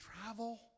Travel